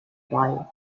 bei